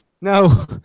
No